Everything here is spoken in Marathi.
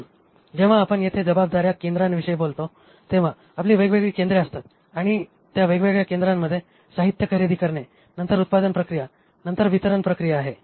म्हणून जेव्हा आपण येथे जबाबदाऱ्या केंद्राविषयी बोलतो तेव्हा आपली वेगवेगळी केंद्रे असतात आणि त्या वेगवेगळ्या केंद्रामध्ये साहित्य खरेदी करणे नंतर उत्पादन प्रक्रिया नंतर वितरण प्रक्रिया आहे